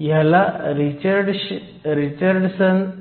तर Le हे De τe आहे Lh